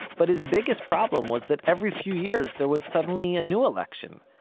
but his biggest problem was that every few years there was suddenly a new election,